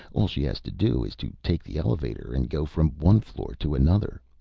all she has to do is to take the elevator and go from one floor to another.